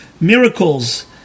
miracles